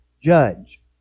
judge